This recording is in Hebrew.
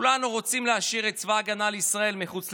כולנו רוצים להשאיר את צבא ההגנה לישראל מחוץ לשיח,